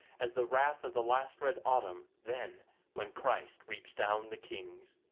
as the wrath of the last red autumn then when christ reaps down the kings.